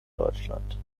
deutschland